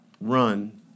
Run